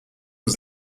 was